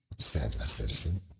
said a citizen,